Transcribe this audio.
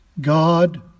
God